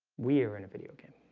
we're in a video again